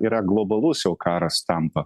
yra globalus jau karas tampa